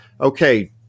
Okay